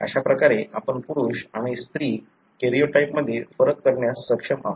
अशा प्रकारे आपण पुरुष आणि स्रि कॅरियोटाइपमध्ये फरक करण्यास सक्षम आहात